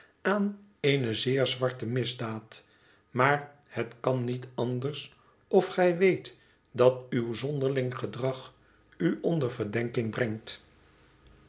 aan eene zeer zwarte misdaad maar het kan niet anders of gij weet dat uw zonderling gedrag u onder ver denking brengt